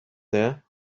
there